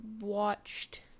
watched